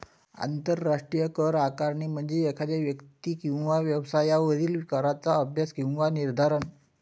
आंतरराष्ट्रीय कर आकारणी म्हणजे एखाद्या व्यक्ती किंवा व्यवसायावरील कराचा अभ्यास किंवा निर्धारण